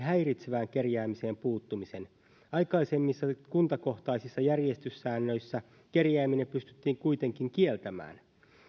häiritsevään kerjäämiseen puuttumisen aikaisemmissa kuntakohtaisissa järjestyssäännöissä kerjääminen pystyttiin kuitenkin kieltämään